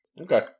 Okay